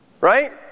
Right